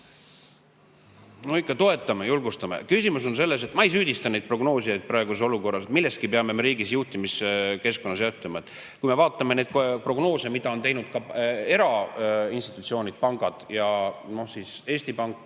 No ikka toetame, julgustame. Ma ei süüdista neid prognoosijaid praeguses olukorras. Millestki peame me riigis juhtimiskeskkonnas lähtuma. Kui me vaatame neid prognoose, mida on teinud ka erainstitutsioonid, pangad ja Eesti Pank,